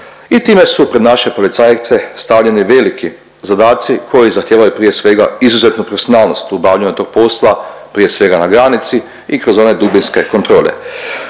i time su pred naše policajce stavljeni veliki zadaci koji zahtijevaju prije svega izuzetnu profesionalnost u obavljanju tog posla prije svega na granici i kroz one dubinske kontrole.